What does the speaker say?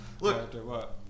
Look